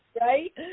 right